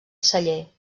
celler